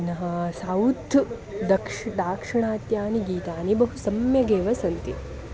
पुनः सौथ् दक्ष् दाक्षिणात्यानि गीतानि बहु सम्यगेव सन्ति